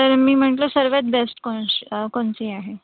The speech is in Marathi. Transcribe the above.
तर मी म्हटलं सर्वात बेस्ट कोणकोणती आहे